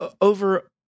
over